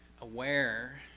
aware